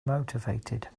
motivated